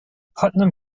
putnam